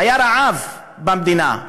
היה רעב במדינה,